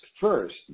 first